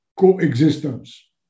coexistence